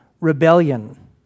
rebellion